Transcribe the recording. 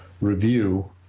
review